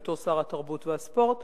בהיותו שר התרבות והספורט,